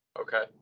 Okay